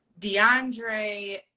deandre